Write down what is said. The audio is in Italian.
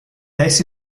essi